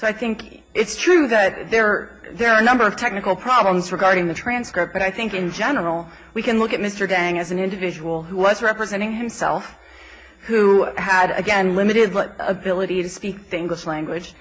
so i think it's true that there are there are a number of technical problems regarding the transcript but i think in general we can look at mr dang as an individual who was representing himself who had again limited ability to speak the english language